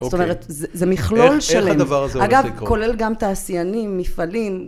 אוקיי זאת אומרת, זה מכלול שלם, איך הדבר הזה הולך לקרות? אגב, כולל גם תעשיינים מפעלים.